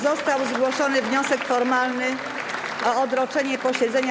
Został zgłoszony wniosek formalny o odroczenie posiedzenia.